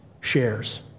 shares